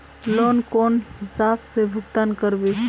Loan कौन हिसाब से भुगतान करबे?